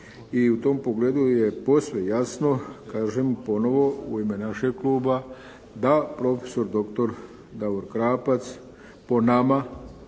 i u tom pogledu je posve jasno kažem ponovo u ime našeg kluba, da profesor doktor Davor Krapac po nama